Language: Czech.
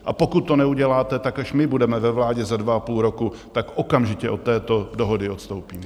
A pokud to neuděláte, tak až my budeme ve vládě za dva a půl roku, okamžitě od této dohody odstoupíme.